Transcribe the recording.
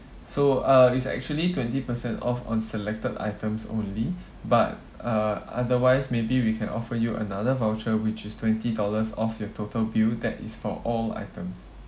so uh it's actually twenty percent off on selected items only but uh otherwise maybe we can offer you another voucher which is twenty dollars off your total bill that is for all items